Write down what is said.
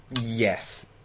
Yes